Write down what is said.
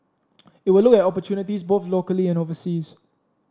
it will look at opportunities both locally and overseas